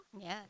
Yes